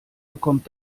bekommt